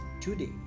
today